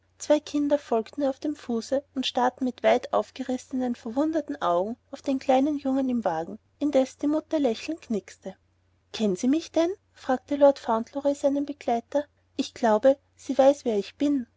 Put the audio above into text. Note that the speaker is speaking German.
zwei kinder folgten ihr auf dem fuße und starrten mit weit aufgerissenen verwunderten augen auf den kleinen jungen im wagen indes die mutter lächelnd knickste kennt sie mich denn fragte lord fauntleroy seinen begleiter ich glaube sie weiß wer ich bin